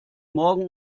morgen